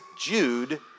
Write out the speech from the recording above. Jude